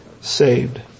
saved